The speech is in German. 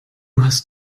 hast